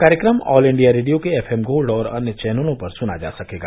कार्यक्रम all India radio के F M gold और अन्य चैनलों पर सुना जा सकेगा